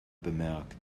bemerkt